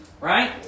Right